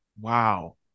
Wow